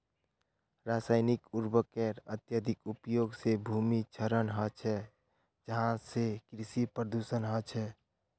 रासायनिक उर्वरकेर अत्यधिक उपयोग से भूमिर क्षरण ह छे जहासे कृषि प्रदूषण ह छे